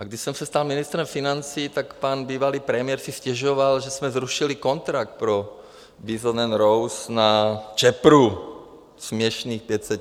A když jsem se stal ministrem financí, tak pan bývalý premiér si stěžoval, že jsme zrušili kontrakt pro Bison & Rose na Čepru, směšných 500 000.